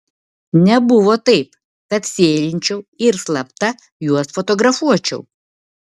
nebuvo taip kad sėlinčiau ir slapta juos fotografuočiau